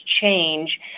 change